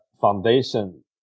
foundation